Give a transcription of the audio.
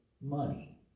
money